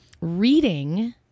reading